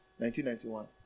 1991